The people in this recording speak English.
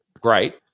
great